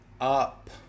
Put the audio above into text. up